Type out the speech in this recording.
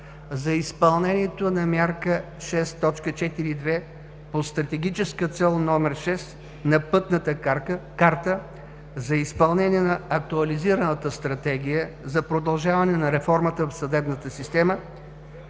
за изпълнението на Мярка 6.42 по Стратегическа цел № 6 на пътната карта за изпълнение на Актуализираната стратегия за продължаване на реформата в съдебната система.